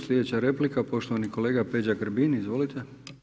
Slijedeća replika poštovani kolega Peđa Grbin, izvolite.